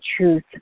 truth